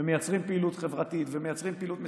ומייצרים פעילות חברתית ומייצרים פעילות משימתית,